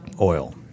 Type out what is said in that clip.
oil